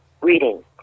reading